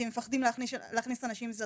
כי הם מפחדים להכניס אנשים זרים.